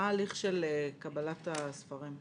ומה ההליך של קבלת הספרים,